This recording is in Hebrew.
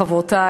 חברותי,